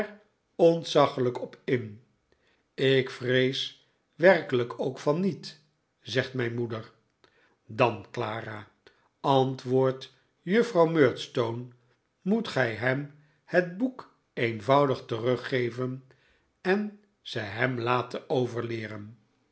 ontzaglijk op in ik vrees werkelijk ook van niet zegt mijn moeder dan clara antwoordt juffrouw murdstone moet gij hem het boek eenvoudig teruggeven en ze hem laten overleeren